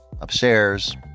upstairs